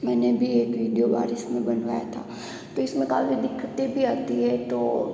मैंने भी एक वीडियो बारिश में बनवाया था तो इसमें काफ़ी दिक्कतें भी आती हैं तो